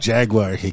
Jaguar